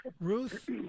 Ruth